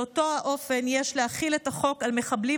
באותו האופן יש להחיל את החוק על מחבלים